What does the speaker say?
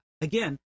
Again